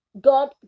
God